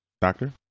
Doctor